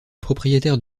propriétaire